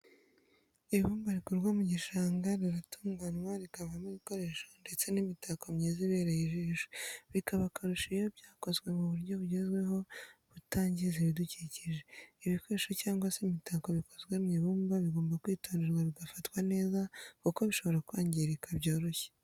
Ibumba rikurwa mu gishanga riratunganywa rikavamo ibikoresho ndetse n'imitako myiza ibereye ijisho, bikaba akarusho iyo byakozwe mu buryo bugezweho butangiza ibidukikije. Ibikoresho cyangwa se imitako bikozwe mu ibumba bigomba kwitonderwa bigafatwa neza kuko bishobora kwangirika byoroshye.